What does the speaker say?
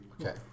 okay